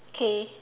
K